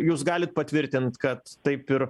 jūs galit patvirtint kad taip ir